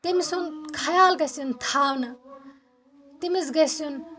تٔمۍ سُنٛد خیال گژھِ یُن تھاونہٕ تٔمِس گژھِ یُن